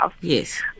Yes